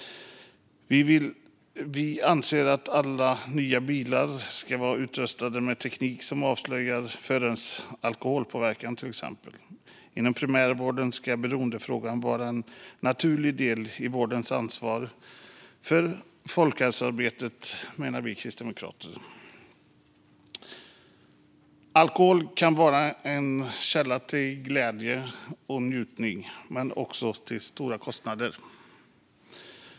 Vi anser att alla nya bilar ska vara utrustade med teknik som avslöjar förarens alkoholpåverkan. Inom primärvården ska beroendefrågan vara en naturlig del i vårdens ansvar för folkhälsoarbetet, menar vi kristdemokrater. Alkohol kan vara en källa till glädje och njutning men också till stora kostnader.